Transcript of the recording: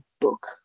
book